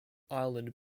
island